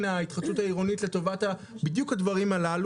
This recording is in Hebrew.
ההתחדשות העירונית בדיוק לטובת הדברים הללו,